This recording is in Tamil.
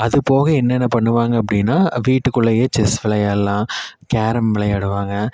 அது போக என்னென்ன பண்ணுவாங்க அப்படினா வீட்டுக்குள்ளையே செஸ் விளையாடலாம் கேரம் விளையாடுவாங்க